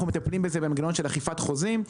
אנחנו מטפלים בזה במנגנון של אכיפת חוזים.